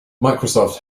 microsoft